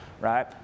Right